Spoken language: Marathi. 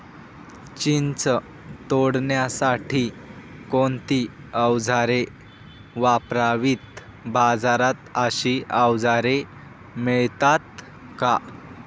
चिंच तोडण्यासाठी कोणती औजारे वापरावीत? बाजारात अशी औजारे मिळतात का?